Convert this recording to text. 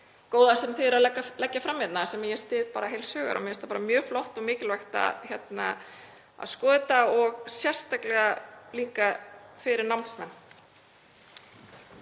góða sem þið eruð að leggja fram hérna og ég styð bara heils hugar. Mér finnst það bara mjög flott og líka mikilvægt að skoða þetta, sérstaklega fyrir námsmenn.